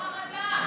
בחרדה.